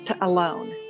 alone